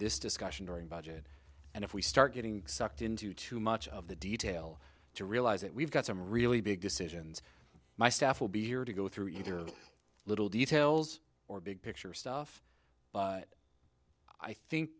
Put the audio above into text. this discussion during budget and if we start getting sucked into too much of the detail to realize that we've got some really big decisions my staff will be here to go through either a little details or big picture stuff i think